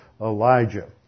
Elijah